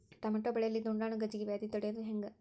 Tomato ಬೆಳೆಯಲ್ಲಿ ದುಂಡಾಣು ಗಜ್ಗಿ ವ್ಯಾಧಿ ತಡಿಯೊದ ಹೆಂಗ್?